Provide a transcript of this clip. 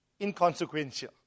inconsequential